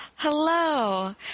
Hello